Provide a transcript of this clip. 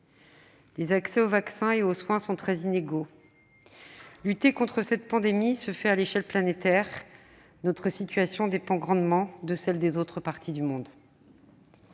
L'accès aux vaccins et aux soins est très inégal. Or la lutte contre la pandémie doit se faire à l'échelle planétaire : notre situation dépend grandement de celle des autres parties du monde.